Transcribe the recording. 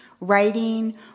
writing